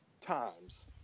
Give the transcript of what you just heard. times